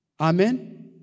Amen